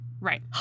Right